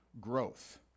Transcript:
growth